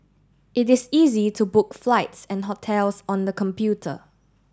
it is easy to book flights and hotels on the computer